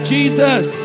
Jesus